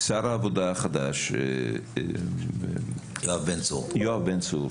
שר העבודה החדש יואב בן צור,